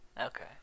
Okay